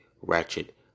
Ratchet